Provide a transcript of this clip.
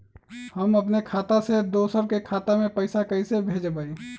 हम अपने खाता से दोसर के खाता में पैसा कइसे भेजबै?